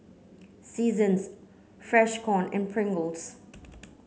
Seasons Freshkon and Pringles